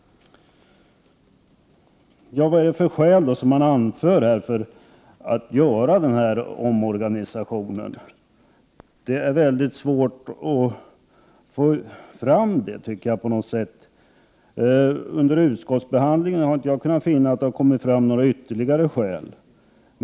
Vilka skäl anförs då för att man skall göra den här omorganisationen? Det är mycket svårt att få fram det, tycker jag. Under utskottsbehandlingen har jag inte kunnat finna att det har kommit fram några ytterligare skäl.